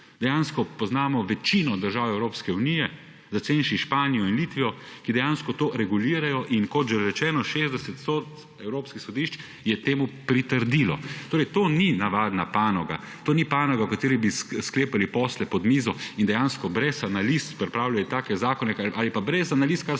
Dejansko poznamo večino držav Evropske unije, začenši s Španijo in Litvo, ki to regulirajo. Kot že rečeno, 60 sodb evropskih sodišč je temu pritrdilo. To ni navadna panoga, to ni panoga, v kateri bi sklepali posle pod mizo in dejansko brez analiz pripravljali take zakone ali pa brez analiz, kar